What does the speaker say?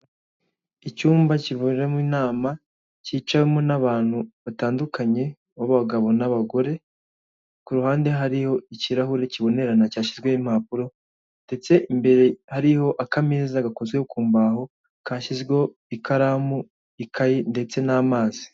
Icyumba kiberamo inama, cyicawemo n'abantu batandukanye b'abagabo n'abagore. Ku ruhande hariho ikirahure kibonerana cyashyizweho impapuro ndetse imbere hariho akameza gikozwe mu mbaho, kashyizweho ikaramu, ikaye ndetse n'amazi.